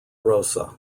rosa